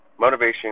motivation